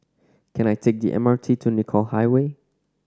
can I take the M R T to Nicoll Highway